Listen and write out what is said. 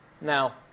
Now